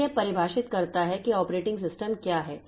तो यह परिभाषित करता है कि ऑपरेटिंग सिस्टम क्या है